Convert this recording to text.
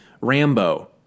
Rambo